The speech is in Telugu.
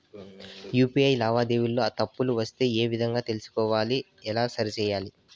యు.పి.ఐ లావాదేవీలలో తప్పులు వస్తే ఏ విధంగా తెలుసుకోవాలి? ఎలా సరిసేయాలి?